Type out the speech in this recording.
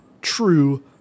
true